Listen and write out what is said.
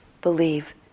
believe